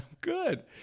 Good